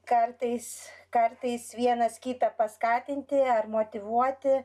kartais kartais vienas kitą paskatinti ar motyvuoti